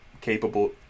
capable